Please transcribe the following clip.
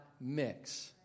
mix